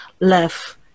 left